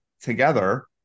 together